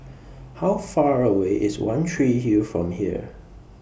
How Far away IS one Tree Hill from here